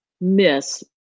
miss